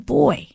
boy